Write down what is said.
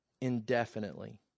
indefinitely